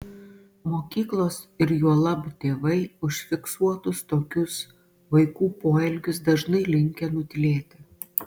mokyklos ir juolab tėvai užfiksuotus tokius vaikų poelgius dažnai linkę nutylėti